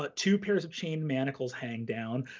ah two pairs of chain manacles hanging down,